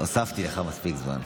הוספתי לך מספיק זמן,